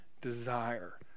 desire